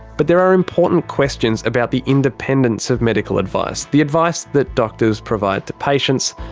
but there are important questions about the independence of medical advice the advice that doctors provide to patients,